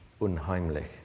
unheimlich